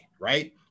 Right